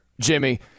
Jimmy